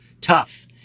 tough